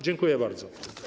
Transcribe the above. Dziękuję bardzo.